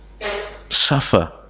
suffer